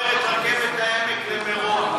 תדרוש לחבר את רכבת העמק למירון.